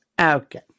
Okay